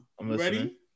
Ready